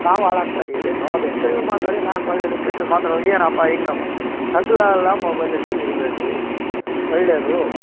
ನಾವು ಹಾಳಾಗ್ತ ಇದೀವಿ ನೋಡಿ ಕಡಿಮೆ ಮಾತಾಡಿ ನಾಲ್ಕು ಒಳ್ಳೇದು ಕೆಟ್ಟದು ಮಾತಾಡೋಕೆ ಏನಪ್ಪ ಹೆಂಗವ್ವ ಹಗಲೆಲ್ಲ ಮೊಬೈಲಲ್ಲೇ ಇರಬೇಡ್ರಿ ಒಳ್ಳೇದು